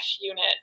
unit